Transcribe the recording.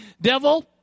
Devil